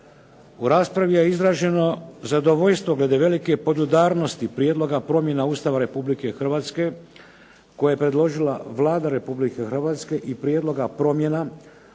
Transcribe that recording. U raspravi je izraženo zadovoljstvo glede velike podudarnosti prijedloga promjena Ustava Republike Hrvatske koje je predložila Vlada Republike Hrvatske i prijedloga promjena